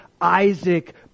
Isaac